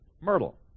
myrtle